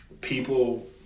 people